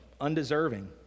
undeserving